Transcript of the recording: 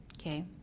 okay